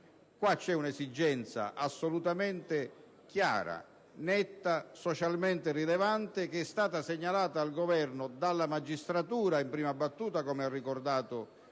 Qui c'è un'esigenza assolutamente chiara, netta e socialmente rilevante che è stata segnalata al Governo dalla magistratura in prima battuta - come ha ricordato il